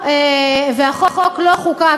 והחוק לא חוקק,